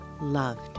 loved